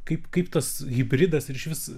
kaip kaip tas hibridas ir išvis